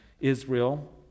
Israel